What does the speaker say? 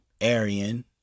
Arian